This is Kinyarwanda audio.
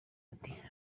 ati